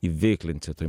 įveiklinti toj